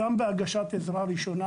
גם בהגשת עזרה ראשונה,